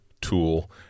tool